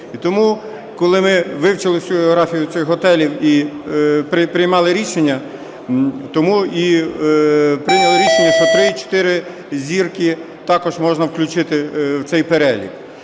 І тому, коли ми вивчили всю географію цих готелів і приймали рішення, тому і прийняли рішення, що 3-4 зірки також можна включити в цей перелік.